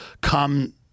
come